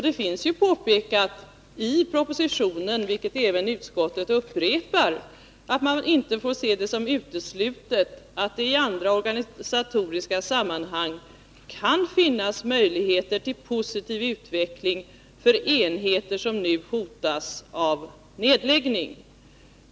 Det finns påpekat i propositionen, vilket även utskottet upprepar, att man inte får se det som uteslutet att det i andra organisatoriska sammanhang kan finnas möjligheter till positiv utveckling för enheter som nu hotas av nedläggning.